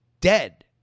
dead